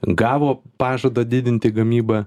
gavo pažadą didinti gamybą